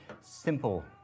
simple